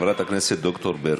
חברת הכנסת ד"ר ברקו,